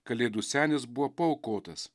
kalėdų senis buvo paaukotas